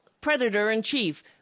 predator-in-chief